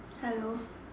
hello